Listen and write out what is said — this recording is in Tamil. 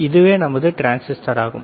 இதுவே நமது டிரான்ஸிஸ்டர் ஆகும்